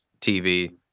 TV